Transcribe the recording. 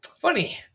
Funny